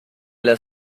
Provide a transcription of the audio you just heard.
las